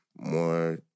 more